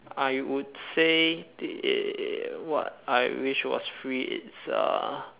I would say it it what I wished was free is a